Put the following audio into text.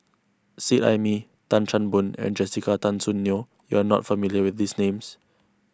Seet Ai Mee Tan Chan Boon and Jessica Tan Soon Neo you are not familiar with these names